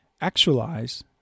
Actualize